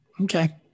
okay